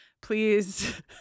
Please